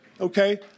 okay